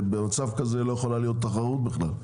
במצב כזה לא יכולה להיות תחרות בכלל,